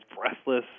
breathless